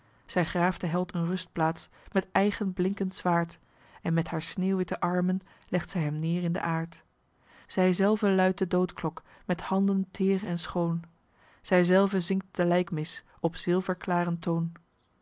zij graaft den held een rustplaats met eigen blinkend zwaard en met haar sneeuwwitte armen legt zij hem neêr in de aard zij zelve luidt de doodklok met handen teer en schoon zij zelve zingt de lijkmis op zilverklaren toon